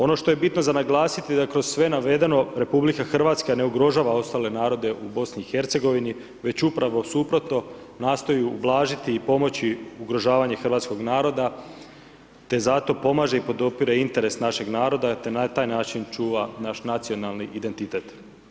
Ono što je bitno za naglasiti da je kroz sve navedeno RH ne ugrožava ostale narode u BiH već upravo suprotno nastoji ublažiti i pomoći ugrožavanje hrvatskog naroda te zato pomaže i podupire interes našeg naroda te na taj način čuva naš nacionalni identitet.